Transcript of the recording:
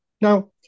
Now